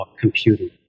computing